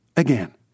Again